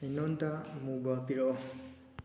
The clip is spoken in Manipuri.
ꯑꯩꯉꯣꯟꯗ ꯑꯃꯨꯕ ꯄꯤꯔꯛꯎ